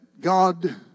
God